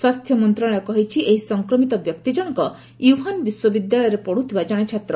ସ୍ୱାସ୍ଥ୍ୟ ମନ୍ତ୍ରଶାଳୟ କହିଛି ଏହି ସଂକ୍ରମିତ ବ୍ୟକ୍ତିଜଣଙ୍କ ୟୁହାନ୍ ବିଶ୍ୱବିଦ୍ୟାଳୟରେ ପତ୍ରଥିବା ଜଣେ ଛାତ୍ର